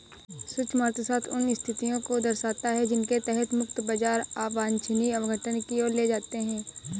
सूक्ष्म अर्थशास्त्र उन स्थितियों को दर्शाता है जिनके तहत मुक्त बाजार वांछनीय आवंटन की ओर ले जाते हैं